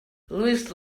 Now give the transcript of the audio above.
louise